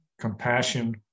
compassion